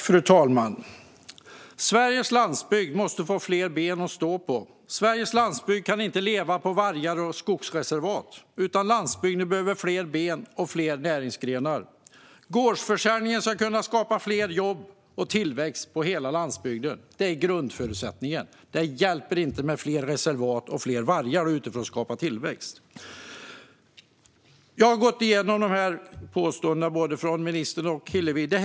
Fru talman! Sveriges landsbygd måste få fler ben att stå på. Sveriges landsbygd kan inte leva på vargar och skogsreservat, utan landsbygden behöver fler ben och fler näringsgrenar. Gårdsförsäljningen ska kunna skapa fler jobb och tillväxt på hela landsbygden. Det är grundförutsättningen. Det hjälper inte med fler reservat och fler vargar för att skapa tillväxt. Jag har gått igenom påståendena från både ministern och Hillevi Larsson.